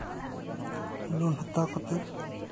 loan ᱦᱟᱛᱟᱣ ᱠᱟᱛᱮᱫ